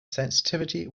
sensitivity